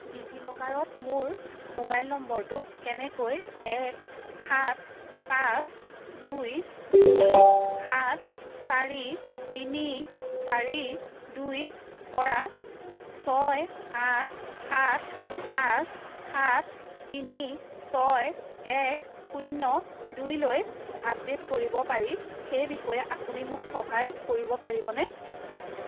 ডিজিলকাৰত মোৰ মোবাইল নম্বৰটো কেনেকৈ এক সাত পাঁচ দুই দুই সাত চাৰি তিনি চাৰি দুইৰপৰা ছয় আঠ সাত পাঁচ সাত তিনি ছয় এক শূন্য দুইলৈ আপডেট কৰিব পাৰি সেই বিষয়ে আপুনি মোক সহায় কৰিব পাৰিবনে